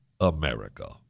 america